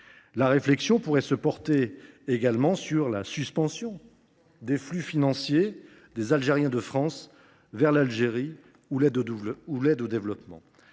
la réflexion pourrait se porter sur la suspension des flux financiers des Algériens de France vers l’Algérie ou sur l’aide au développement.